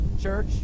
church